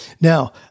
Now